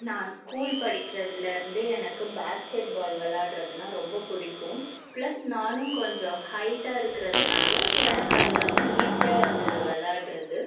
நான் ஸ்கூல் படிக்கிறதுலேருந்தே எனக்கு பேஸ்கெட்பால் விளாடுறதுனா ரொம்ப பிடிக்கும் பிளஸ் நானும் கொஞ்சம் ஹைட்டாக இருக்கிறதுனால எனக்கு அது வந்து ஈசியாக இருந்தது விளாடுறது